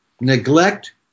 Neglect